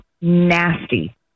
nasty